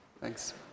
Thanks